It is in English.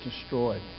destroyed